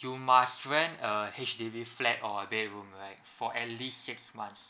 you must rent a H_D_B flat or a bedroom right for at least six months